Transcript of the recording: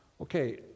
Okay